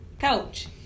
coach